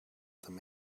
them